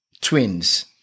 twins